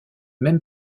même